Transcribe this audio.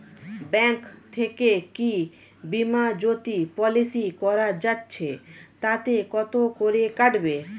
Bank থেকে কী বিমাজোতি পলিসি করা যাচ্ছে তাতে কত করে কাটবে?